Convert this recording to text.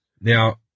Now